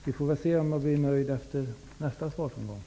Vi får väl se om jag blir nöjd efter nästa replikomgång.